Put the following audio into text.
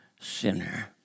Sinner